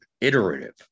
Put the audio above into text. iterative